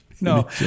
No